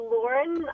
Lauren